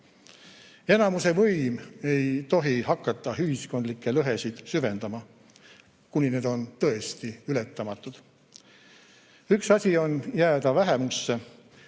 Enamuse võim ei tohi hakata ühiskondlikke lõhesid süvendama, kuni need on tõesti ületamatud. Üks asi on jääda vähemusse,